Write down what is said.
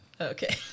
Okay